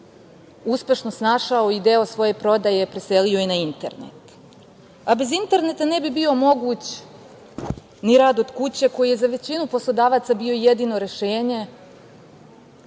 uspešno snašao i deo svoje prodaje preselio na internet, a bez interneta ne bi bio moguć ni rad od kuće, koji je za većinu poslodavaca bio jedino rešenje